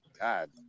God